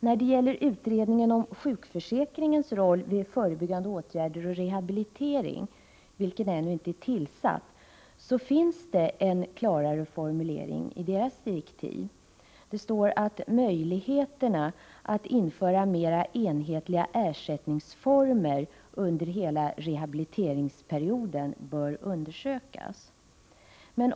I direktiven för utredningen om sjukförsäkringens roll vid förebyggande åtgärder och rehabilitering, vilken utredning ännu inte är tillsatt, finns det en klarare formulering. Det står att möjligheterna att införa mera enhetliga ersättningsformer under hela rehabiliteringsperioden bör undersökas.